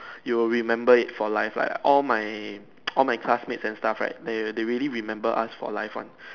you will remember it for life like all my all my classmates and stuff right they they really remember us for life one